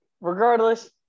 Regardless